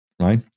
right